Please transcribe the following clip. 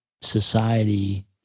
society